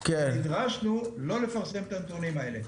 ונדרשנו לא לפרסם את הנתונים האלה.